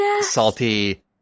salty